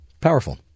Powerful